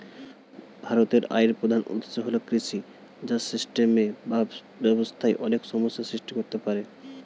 ভারতের আয়ের প্রধান উৎস হল কৃষি, যা সিস্টেমে বা ব্যবস্থায় অনেক সমস্যা সৃষ্টি করতে পারে